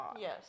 Yes